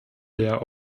der